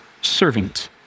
servant